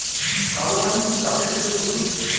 কালো মাটি কি চাষের ক্ষেত্রে উপযুক্ত?